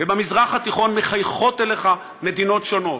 ובמזרח התיכון מחייכות אליך מדינות שונות,